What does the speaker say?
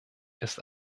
ist